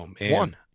One